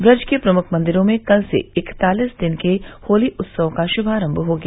ब्रज के प्रमुख मंदिरों में कल से इकतालिस दिन के होली उत्सव का शुभारम्भ हो गया